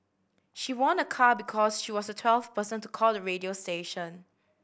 she won a car because she was the twelfth person to call the radio station